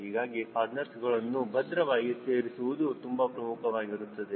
ಹೀಗಾಗಿ ಫಾಸ್ಟ್ನರ್ಸ್ಗಳನ್ನು ಭದ್ರವಾಗಿ ಸೇರಿಸುವುದು ತುಂಬಾ ಪ್ರಮುಖವಾಗಿರುತ್ತದೆ